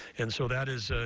and so that is,